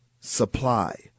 supply